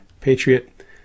patriot